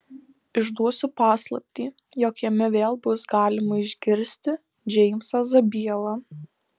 išduosiu paslaptį jog jame vėl bus galima išgirsti džeimsą zabielą